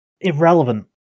irrelevant